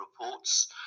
reports